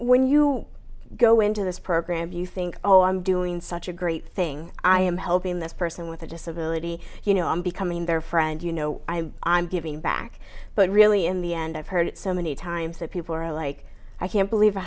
when you go into this program you think oh i'm doing such a great thing i am helping this person with a disability you know i'm becoming their friend you know i'm giving back but really in the end i've heard it so many times that people are like i can't believe